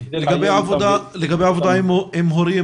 לגבי עבודה עם הורים,